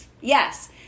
Yes